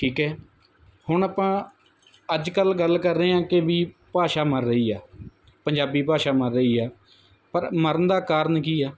ਠੀਕ ਹੈ ਹੁਣ ਆਪਾਂ ਅੱਜ ਕੱਲ੍ਹ ਗੱਲ ਕਰ ਰਹੇ ਹਾਂ ਕਿ ਵੀ ਭਾਸ਼ਾ ਮਰ ਰਹੀ ਆ ਪੰਜਾਬੀ ਭਾਸ਼ਾ ਮਰ ਰਹੀ ਆ ਪਰ ਮਰਨ ਦਾ ਕਾਰਨ ਕੀ ਆ